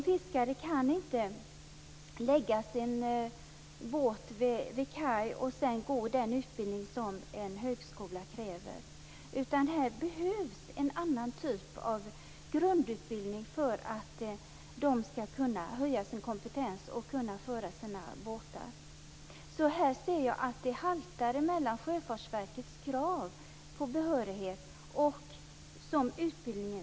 Fiskare kan inte lägga sina båtar vid kaj och sedan gå den utbildning som en högskola kräver, utan här behövs en annan typ av grundutbildning för att de skall kunna höja sin kompetens och föra sina båtar. Här ser jag att det i dag haltar mellan Sjöfartsverkets krav på behörighet och utbildningen.